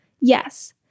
Yes